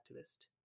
activist